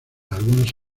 algunos